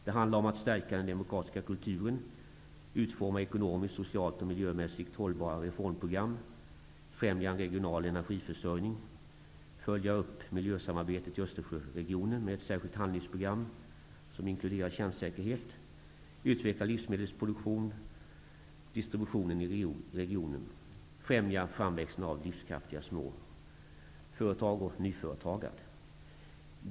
Det handlar om att stärka den demokratiska kulturen, utforma ekonomiskt, socialt och miljömässigt hållbara reformprogram, främja en regional energiförsörjning, följa upp miljösamarbetet i Östersjöregionen med ett särskilt handlingsprogram som inkluderar kärnsäkerhet, utveckla livsmedelsproduktion och distribution i regionerna och främja framväxande av livskraftiga små företag och nyföretagande.